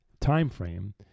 timeframe